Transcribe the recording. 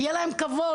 יהיה להם כבוד.